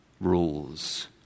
rules